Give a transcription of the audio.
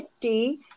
50